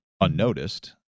unnoticed